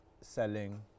selling